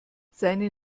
seine